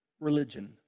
religion